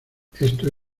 esto